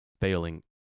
failing